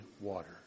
water